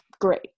Great